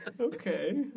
Okay